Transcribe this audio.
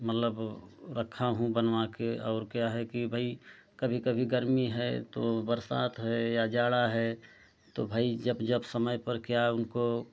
मतलब रखा हूँ बनवा कर और क्या है कि भाई कभी कभी गर्मी है तो बरसात है या जाड़ा है तो भाई जब जब समय पर क्या उनको